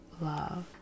love